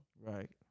right